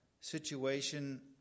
situation